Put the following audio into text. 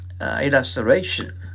illustration